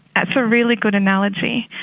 that's a really good analogy.